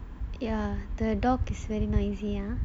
ya the dog is very noisy ah